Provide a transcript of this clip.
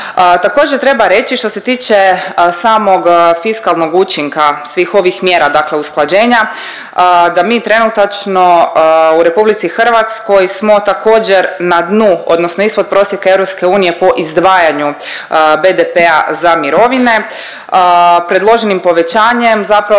Također treba reći što se tiče samog fiskalnog učinka svih ovih mjera usklađenja, da mi trenutačno u RH smo također na dnu odnosno ispod prosjeka EU po izdvajanju BDP-a za mirovine predloženim povećanjem zapravo